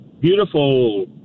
beautiful